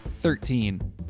Thirteen